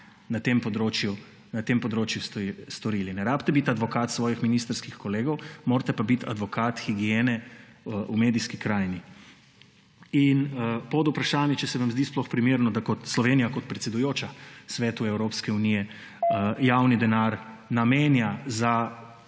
na tem področju storili? Ne rabite biti advokat svojih ministrskih kolegov, morate pa biti advokat higiene v medijski krajini. Podvprašanje: Se vam zdi sploh primerno, da Slovenija kot predsedujoča Svetu Evropske unije javni denar namenja za